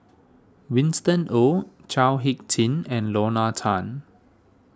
Winston Oh Chao Hick Tin and Lorna Tan